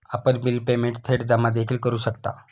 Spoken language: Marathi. आपण बिल पेमेंट थेट जमा देखील करू शकता